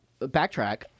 backtrack